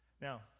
Now